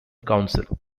council